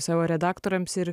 savo redaktoriams ir